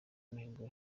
mihigo